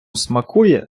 смакує